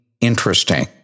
interesting